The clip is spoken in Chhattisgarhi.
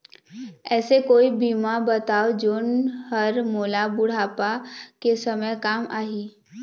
ऐसे कोई बीमा बताव जोन हर मोला बुढ़ापा के समय काम आही?